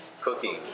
cooking